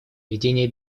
ведения